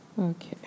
Okay